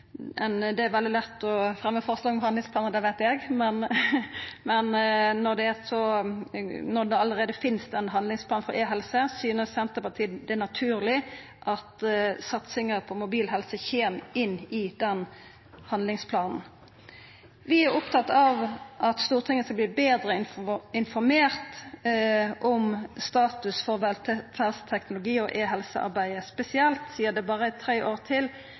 Det er veldig lett å fremja forslag om handlingsplanar – det veit eg – men når det allereie finst ein handlingsplan for e-helse, synest Senterpartiet det er naturleg at satsinga på mobil helse kjem inn i den handlingsplanen. Vi er opptatt av at Stortinget skal verta betre informert om status for velferdsteknologi og e-helsearbeidet, spesielt sidan det berre er tre år til